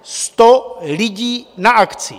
Sto lidí na akci.